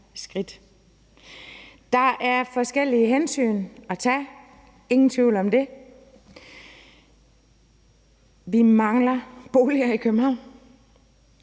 Der er forskellige hensyn at tage – ingen tvivl om det – vi mangler i den grad boliger i København,